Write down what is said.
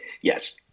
yes